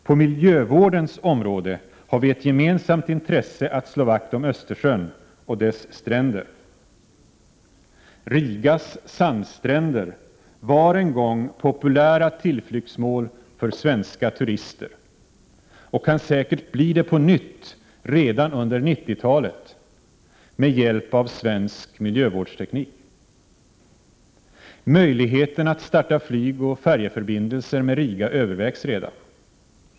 På miljövårdens område har vi ett gemensamt intresse att slå vakt om Östersjön och dess stränder. Rigas sandstränder var en gång populära tillflyktsmål för svenska turister och kan säkert bli det på nytt redan under 1990-talet med hjälp av svensk miljövårdsteknik. Möjligheten att starta flygoch färjeförbindelser med Riga övervägs redan.